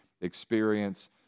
experience